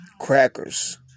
crackers